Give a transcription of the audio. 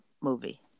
movie